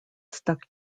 stuck